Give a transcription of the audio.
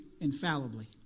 infallibly